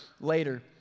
later